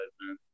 man